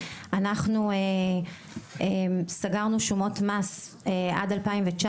אנחנו סגרנו שומות מס עד 2019,